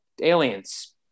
aliens